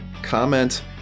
comment